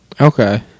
Okay